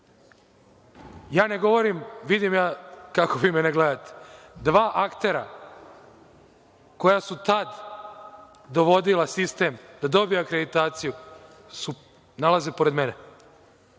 da postoji. Vidim ja kako vi mene gledate. Dva aktera koja su tad dovodila sistem da dobije akreditaciju se nalaze pored mene.